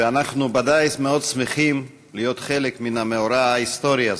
ואנחנו ודאי מאוד שמחים להיות חלק מן המאורע ההיסטורי הזה.